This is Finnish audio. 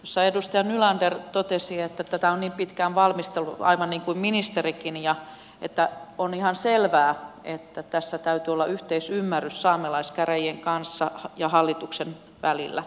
tuossa edustaja nylander totesi aivan niin kuin ministerikin että tätä on pitkään valmisteltu ja että on ihan selvää että tässä täytyy olla yhteisymmärrys saamelaiskäräjien ja hallituksen välillä